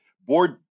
board